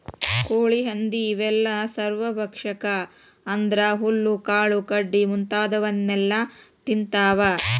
ಕೋಳಿ ಹಂದಿ ಇವೆಲ್ಲ ಸರ್ವಭಕ್ಷಕ ಅಂದ್ರ ಹುಲ್ಲು ಕಾಳು ಕಡಿ ಮುಂತಾದವನ್ನೆಲ ತಿಂತಾವ